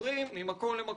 עוברים ממקום למקום.